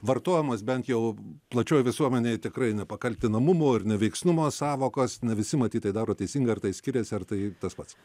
vartojamos bent jau plačioj visuomenėj tikrai nepakaltinamumo ir neveiksnumo sąvokos ne visi matyt tai daro teisingai ar tai skiriasi ar tai tas pats